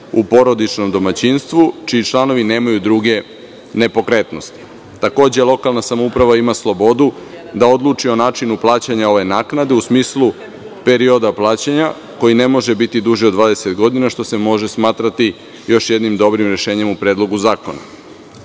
u porodičnom domaćinstvu čiji članovi nemaju druge nepokretnosti. Takođe, lokalna samouprava ima slobodu da odluči o načinu plaćanja ove naknade u smislu perioda plaćanja koji ne može biti duži od 20 godina, što se može smatrati još jednim dobrim rešenjem u Predlogu zakona. Ovo